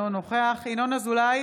אינו נוכח ינון אזולאי,